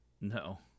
No